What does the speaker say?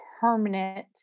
permanent